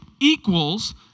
equals